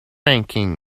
ranking